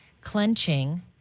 clenching